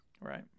Right